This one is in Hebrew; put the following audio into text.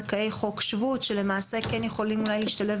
זכאי חוק שבות שלמעשה אולי כן יכולים להשתלב